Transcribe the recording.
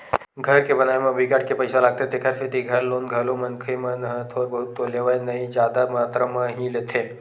घर के बनाए म बिकट के पइसा लागथे तेखर सेती घर लोन घलो मनखे मन ह थोर बहुत तो लेवय नइ जादा मातरा म ही लेथे